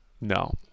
no